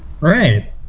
Right